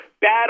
Bad